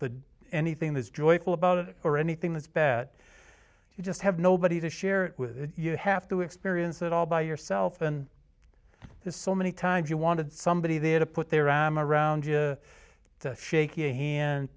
the anything that's joyful about it or anything that's bet you just have nobody to share it with you have to experience it all by yourself and there's so many times you wanted somebody there to put their arm around you shaky hand the